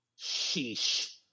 Sheesh